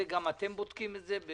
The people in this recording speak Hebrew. גם אתם בודקים את זה.